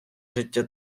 життя